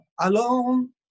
alone